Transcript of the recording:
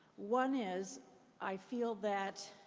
one is i feel that